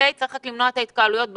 צריך רק למנוע את ההתקהלויות בחוץ.